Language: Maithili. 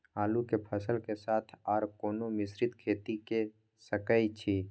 आलू के फसल के साथ आर कोनो मिश्रित खेती के सकैछि?